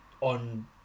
on